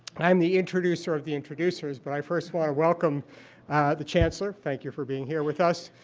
i'm the introducer of the introducers, but i first want to welcome the chancellor. thank you for being here with us.